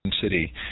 City